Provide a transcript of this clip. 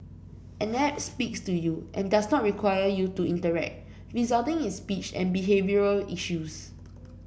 an app speaks to you and does not require you to interact resulting in speech and behavioural issues